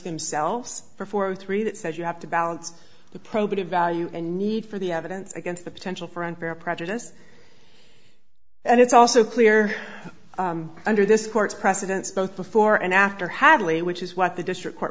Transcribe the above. themselves for four or three that says you have to balance the probative value and need for the evidence against the potential for unfair prejudice and it's also clear under this court's precedents both before and after have only which is what the district court